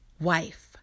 wife